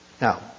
Now